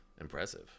impressive